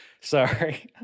Sorry